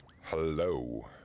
Hello